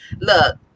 look